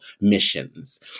missions